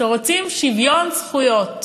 כשרוצים שוויון זכויות